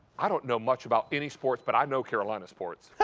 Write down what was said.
i don't know much about any sport. but i know carolina sport.